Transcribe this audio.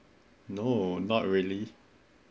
no not really